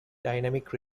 dynamic